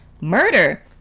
murder